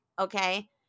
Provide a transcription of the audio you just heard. Okay